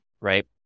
right